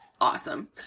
awesome